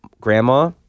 grandma